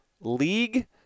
league